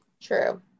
True